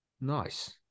Nice